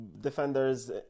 defenders